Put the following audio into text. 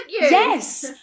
Yes